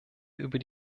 über